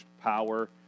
power